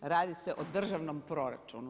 Radi se o državnom proračunu.